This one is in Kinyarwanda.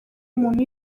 umuntu